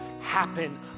happen